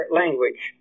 language